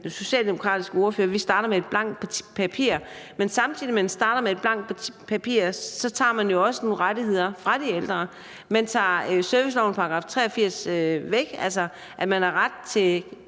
den socialdemokratiske ordfører: Vi starter med et blankt papir. Men samtidig med at man starter med et blankt papir, tager man jo også nogle rettigheder fra de ældre. Man tager servicelovens § 83 væk, altså at de ældre har ret til